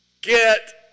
get